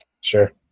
Sure